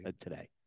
today